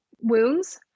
wounds